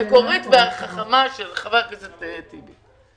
המקורית והחכמה של חבר הכנסת טיבי.